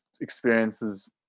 experiences